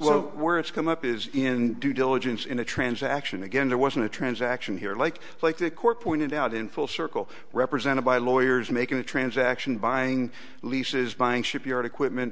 well where it's come up is in due diligence in a transaction again there wasn't a transaction here like like to court pointed out in full circle represented by lawyers making a transaction buying leases buying shipyard equipment